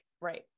right